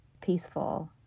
peaceful